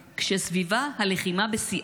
כשסביבה הלחימה בשיאה,